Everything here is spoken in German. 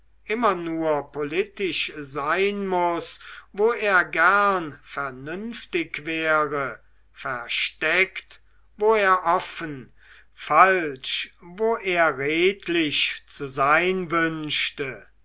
immer nur politisch sein muß wo er gern vernünftig wäre versteckt wo er offen falsch wo er redlich zu sein wünschte